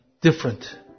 different